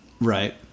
Right